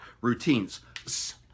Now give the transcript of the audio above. routines